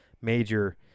major